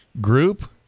Group